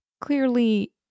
clearly